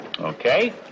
Okay